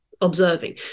observing